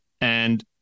and-